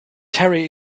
terry